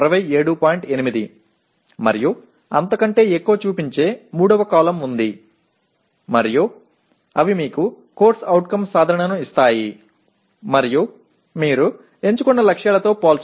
8 మరియు అంతకంటే ఎక్కువ చూపించే మూడవ కాలమ్ ఉంది మరియు అవి మీకు CO సాధనను ఇస్తాయి మరియు మీరు ఎంచుకున్న లక్ష్యాలతో పోల్చండి